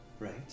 Right